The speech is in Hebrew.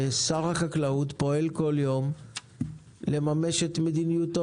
שר החקלאות פועל כל יום לממש את מדיניותו